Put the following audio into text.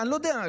אני לא יודע,